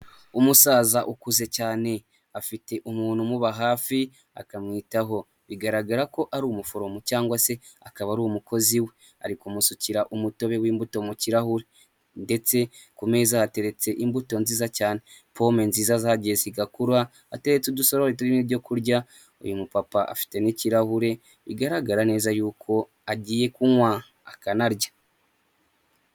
Umusaza ukuze cyane, afite umuntu umuba hafi akamwitaho, bigaragara ko ari umuforomo cyangwa se akaba ari umukozi we, ari kumusukira umutobe w'imbuto mu kirahure, ndetse ku meza hateretse imbuto nziza cyane, pome nziza zagiye zigakura, hateretse udusorori turimo ibyo kurya, uyu mupapa afite n'ikirahure, bigaragara neza y'uko agiye kunywa, akanarya.